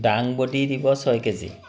দাংবডী দিব ছয় K G